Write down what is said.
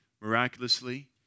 miraculously